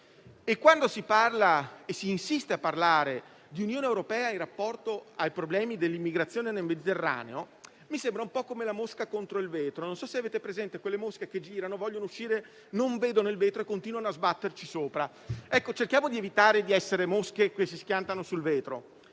e, quando si parla e si insiste a parlare di Unione europea in rapporto ai problemi dell'immigrazione nel Mediterraneo, mi sembra un po' come la mosca contro il vetro: non so se avete presenti quelle mosche che girano, che vogliono uscire, ma non vedono il vetro e continuano a sbatterci sopra. Ecco, cerchiamo di evitare di essere mosche che si schiantano sul vetro.